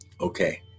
Okay